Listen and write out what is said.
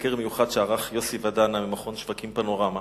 סקר מיוחד שערך יוסי ודנה ממכון "שווקים פנורמה".